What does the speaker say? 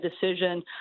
decision